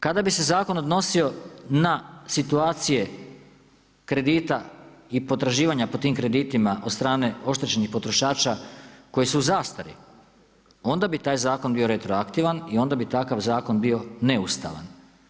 Kada bi se zakon odnosio na situacije kredita i potraživanja po tim kreditima od strane oštećenih potrošača koji su u zastari onda bi taj zakon bio retroaktivan i onda bi takav zakon bio neustavan.